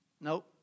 Nope